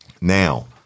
Now